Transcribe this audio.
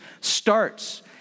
starts